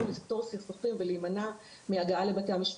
לפתור סכסוכים ולהימנע מהגעה לבתי המשפט.